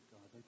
God